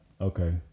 okay